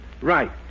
Right